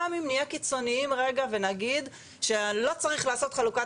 גם אם נהיה קיצוניים ונגיד שלא צריך לעשות חלוקת